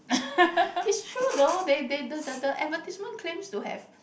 it's true though they they the the the advertisement claims to have